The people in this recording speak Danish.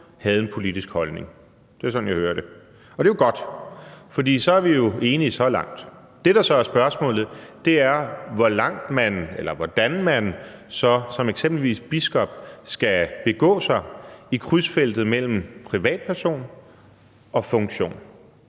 havde en politisk holdning. Det er jo sådan, jeg hører det, og det er jo godt, for så er vi jo enige så langt. Det, der så er spørgsmålet, er, hvordan man så som eksempelvis biskop skal begå sig i krydsfeltet mellem privatperson og funktion.